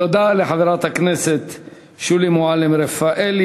תודה לחברת הכנסת שולי מועלם-רפאלי.